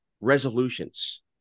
resolutions